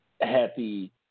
happy